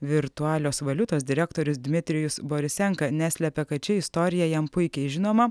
virtualios valiutos direktorius dmitrijus borisenka neslepia kad ši istorija jam puikiai žinoma